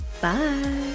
Bye